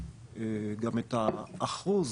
גם את האחוז